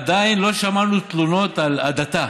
עדיין לא שמענו תלונות על הדתה.